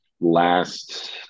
last